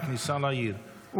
בכניסה לעיר.